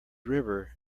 river